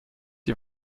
die